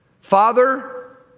Father